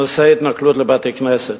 הנושא הוא התנכלות לבתי-כנסת.